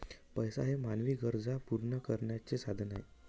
पैसा हे मानवी गरजा पूर्ण करण्याचे साधन आहे